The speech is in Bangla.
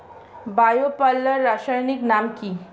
বায়ো পাল্লার রাসায়নিক নাম কি?